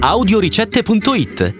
Audioricette.it